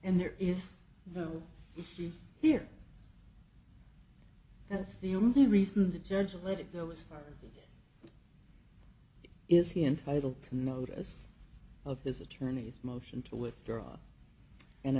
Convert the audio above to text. and there is no you see here that's the only reason the judge let it go was is he entitled to notice of his attorney's motion to withdraw and